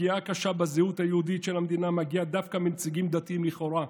הפגיעה הקשה בזהות היהודית של המדינה מגיעה דווקא מנציגים דתיים לכאורה,